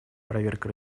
проверка